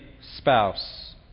spouse